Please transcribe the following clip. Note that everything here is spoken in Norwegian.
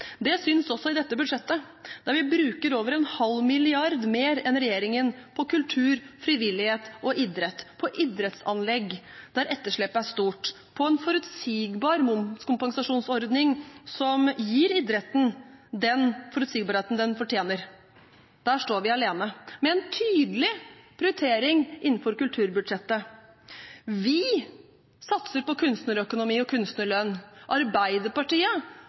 Det synes også i dette budsjettet, der vi bruker over 0,5 mrd. kr mer enn regjeringen på kultur, frivillighet og idrett, på idrettsanlegg, der etterslepet er stort, og på en forutsigbar momskompensasjonsordning, som gir idretten den forutsigbarheten den fortjener. Der står vi alene, med en tydelig prioritering innenfor kulturbudsjettet. Vi satser på kunstnerøkonomi og kunstnerlønn. Arbeiderpartiet